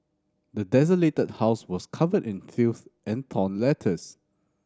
the desolated house was covered in filth and torn letters